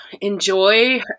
enjoy